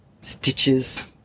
stitches